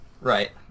Right